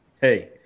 Hey